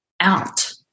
out